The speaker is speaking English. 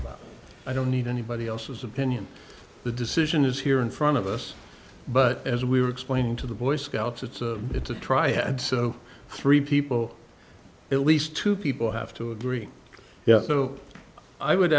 and i don't need anybody else's opinion the decision is here in front of us but as we were explaining to the boy scouts it's a it's a triad so three people at least two people have to agree yeah so i would